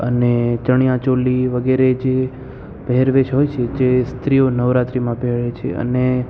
અને ચણિયા ચોલી વગેરે જે પહેરવેશ હોય છે જે સ્ત્રીઓ નવરાત્રીમાં પહેરે છે અને